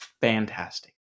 fantastic